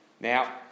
Now